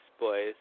Boys